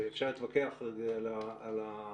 אפשר להתווכח על המסקנה,